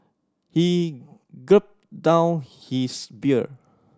he gulped down his beer